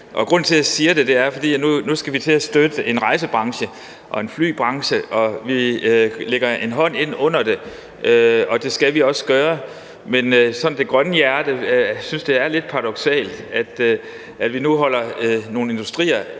Grunden til, at jeg siger det, er, at vi nu skal til at støtte en rejsebranche og flybranche og lægge en hånd ind under dem, og det skal vi også gøre, men det grønne hjerte synes, det er lidt paradoksalt, at vi nu potentielt holder nogle industrier